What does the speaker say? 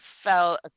Fell